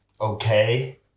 okay